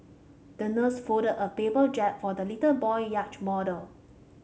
the nurse folded a paper jib for the little boy yacht model